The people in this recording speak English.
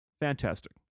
Fantastic